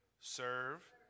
Serve